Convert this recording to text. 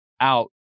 out